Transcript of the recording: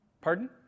Pardon